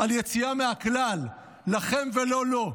על יציאה מהכלל: "לכם ולא לו".